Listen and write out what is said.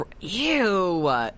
Ew